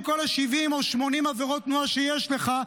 עם כל 70 או 80 עבירות התנועה שיש לך,